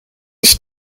ich